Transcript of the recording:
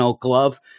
glove